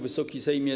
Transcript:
Wysoki Sejmie!